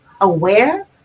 aware